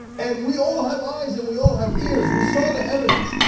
and we all have eyes, and we all have ears, we saw the evidence.